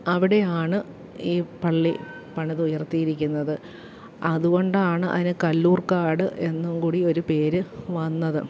അവിടെയാണ് ഈ പള്ളി പണിതുയർത്തിയിരിക്കുന്നത് അതുകൊണ്ടാണ് അതിനെ കല്ലൂർക്കാട് എന്നുങ്കൂടി ഒരു പേര് വന്നത്